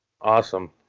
Awesome